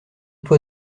toi